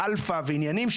אלפא ועניינים,